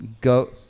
go